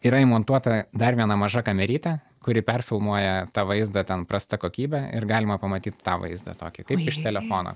yra įmontuota dar viena maža kamerytė kuri perfilmuoja tą vaizdą ten prasta kokybe ir galima pamatyt tą vaizdą tokį kaip iš telefono